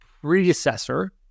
predecessor